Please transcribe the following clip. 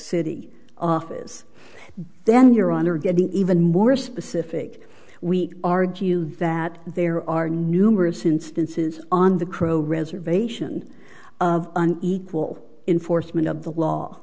city office then your honor getting even more specific we argue that there are numerous instances on the crow reservation of an equal enforcement of the law